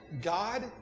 God